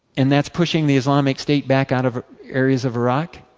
and that is pushing the islamic state back out of areas of iraq.